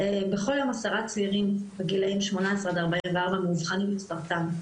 בכל יום עשרה צעירים בגילים 18-44 מאובחנים בסרטן.